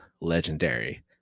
legendary